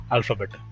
Alphabet